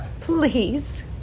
please